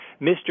Mr